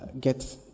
get